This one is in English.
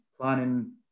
planning